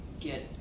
get